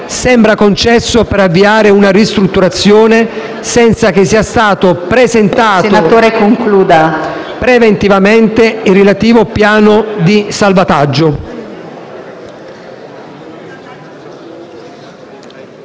sembra concesso per avviare una ristrutturazione senza che sia stato presentato preventivamente il relativo piano di salvataggio.